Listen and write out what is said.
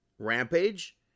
Rampage